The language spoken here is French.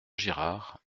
girard